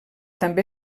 també